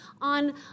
on